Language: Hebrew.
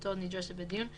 שנוכחותו נדרשת בדיון,